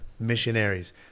missionaries